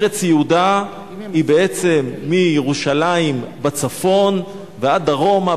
ארץ יהודה היא בעצם מירושלים בצפון ועד דרומה,